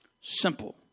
Simple